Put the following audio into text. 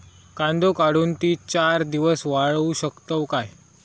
कांदो काढुन ती चार दिवस वाळऊ शकतव काय?